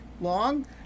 long